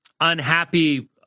unhappy